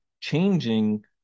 changing